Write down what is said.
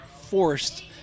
forced